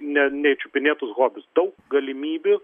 ne nečiupinėtus hobius daug galimybių